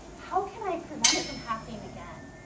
how can i prevent it from happening again?